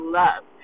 love